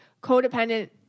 codependent